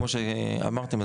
כמו שאמרתם,